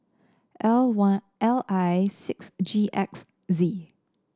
L one L I six G X Z